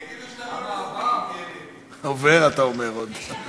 יגידו שאתה, עובר, אתה אומר, עוד.